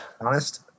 Honest